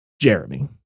Jeremy